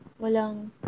walang